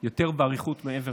יותר באריכות, מעבר